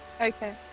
Okay